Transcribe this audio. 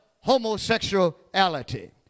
homosexuality